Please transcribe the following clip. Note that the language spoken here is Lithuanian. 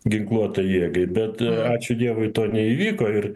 ginkluotai jėgai bet ačiū dievui to neįvyko ir